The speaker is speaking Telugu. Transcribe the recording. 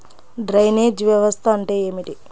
డ్రైనేజ్ వ్యవస్థ అంటే ఏమిటి?